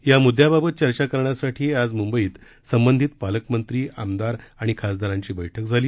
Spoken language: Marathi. या म्ददयाबाबत चर्चा करण्यासाठी आज मंंबईत संबंधित पालकमंत्री आमदार आणि खासदारांची बैठक झाली